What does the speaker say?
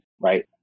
right